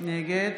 נגד